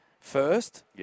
first